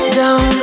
down